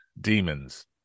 demons